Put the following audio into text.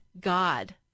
God